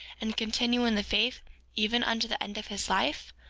and continue in the faith even unto the end of his life,